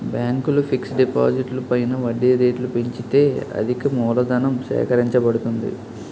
బ్యాంకులు ఫిక్స్ డిపాజిట్లు పైన వడ్డీ రేట్లు పెంచితే అధికమూలధనం సేకరించబడుతుంది